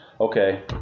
Okay